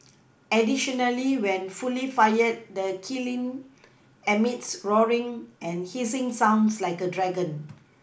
additionally when fully fired the kiln emits roaring and hissing sounds like a dragon